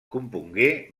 compongué